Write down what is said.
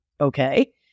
okay